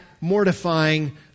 mortifying